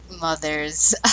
mother's